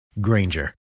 Granger